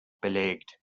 belegt